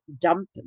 dump